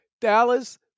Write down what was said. Dallas